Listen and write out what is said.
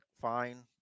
Fine